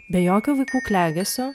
be jokio vaikų klegesio